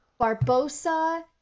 Barbosa